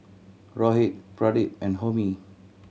Rohit Pradip and Homi